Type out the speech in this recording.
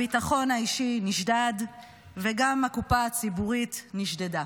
הביטחון האישי נשדד וגם הקופה הציבורית נשדדה.